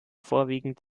vorwiegend